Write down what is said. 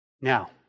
Now